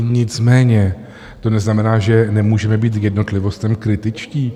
Nicméně to neznamená, že nemůžeme být k jednotlivostem kritičtí.